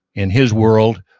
in his world,